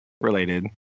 related